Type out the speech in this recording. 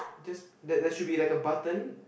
just there there should be like a button